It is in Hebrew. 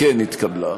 כן התקבלה,